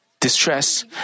Distress